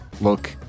look